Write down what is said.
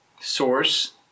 source